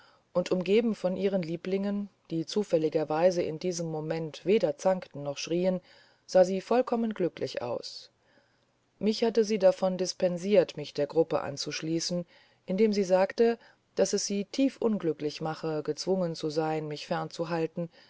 und umgeben von ihren lieblingen die zufälligerweise in diesem moment weder zankten noch schrieen sah sie vollkommen glücklich aus mich hatte sie davon dispensiert mich der gruppe anzuschließen indem sie sagte daß es sie tief unglücklich mache gezwungen zu sein mich